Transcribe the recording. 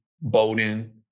Bowden